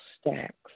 stacks